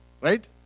right